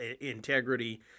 integrity